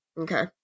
Okay